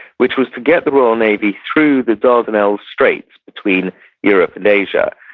which was to get the royal navy through the dardanelles strait between europe and asia,